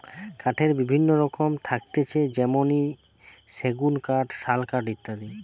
কাঠের বিভিন্ন রকম থাকতিছে যেমনি সেগুন কাঠ, শাল কাঠ ইত্যাদি